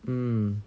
mm